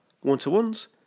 one-to-ones